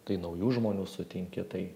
tai naujų žmonių sutinki tai